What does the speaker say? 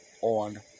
on